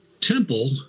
temple